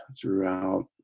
throughout